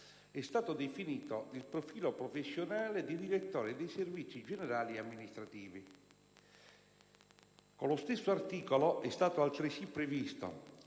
è stato definito il profilo professionale di direttore dei servizi generali e amministrativi. Con lo stesso articolo è stato altresì previsto,